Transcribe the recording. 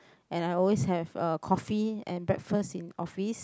and I always have uh coffee and breakfast in office